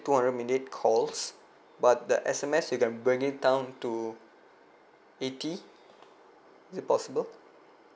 two hundred minute calls but the S_M_S you can bring it down to eighty is it possible